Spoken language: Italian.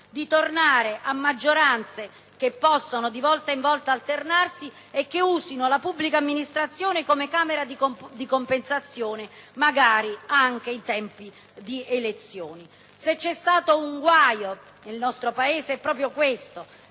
di tornare a maggioranze che possono di volta in volta alternarsi e che usino la pubblica amministrazione come camera di compensazione, magari anche in tempi di elezioni. Se c'è stato un guaio nel nostro Paese è proprio questo,